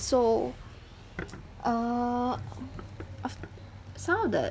so err of some of the